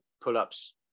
pull-ups